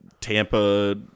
Tampa